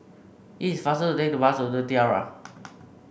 it is faster to take the bus to The Tiara